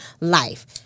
life